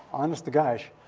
honest to gosh,